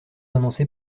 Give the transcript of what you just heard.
annoncé